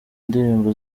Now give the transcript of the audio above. indirimbo